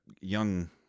young